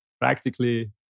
practically